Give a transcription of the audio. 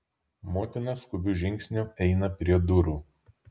motina skubiu žingsniu eina prie durų